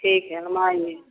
ठीक है हम आएंगे